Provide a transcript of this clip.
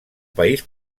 país